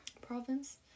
province